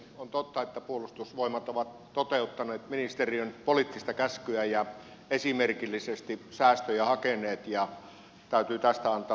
on totta että puolustusvoimat ovat toteuttaneet ministeriön poliittista käskyä ja esimerkillisesti säästöjä hakeneet ja tästä täytyy antaa tunnustus puolustusvoimille